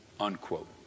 unquote